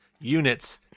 units